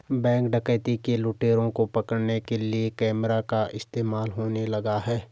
Bank डकैती के लुटेरों को पकड़ने के लिए कैमरा का इस्तेमाल होने लगा है?